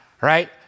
right